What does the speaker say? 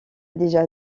déjà